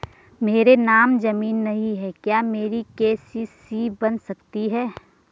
मेरे नाम ज़मीन नहीं है क्या मेरी के.सी.सी बन सकती है?